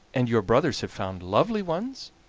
and your brothers have found lovely ones?